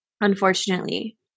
Unfortunately